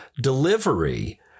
delivery